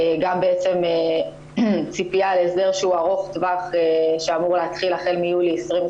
גם ציפייה להסדר שהוא ארוך טווח שאמור להתחיל החל מיולי 2021,